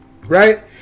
Right